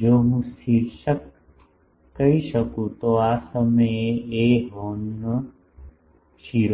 જો હું શિર્ષક કહી શકું તો આ સમયે A હોર્નનો શિરો છે